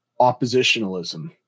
oppositionalism